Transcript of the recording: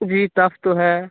جی tough تو ہے